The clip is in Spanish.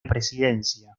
presidencia